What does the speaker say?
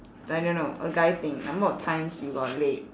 I don't know a guy thing number of times you got laid